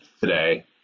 today